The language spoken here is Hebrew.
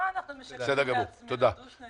מה אנחנו משקרים לעצמנו, דו-שנתי?